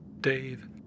Dave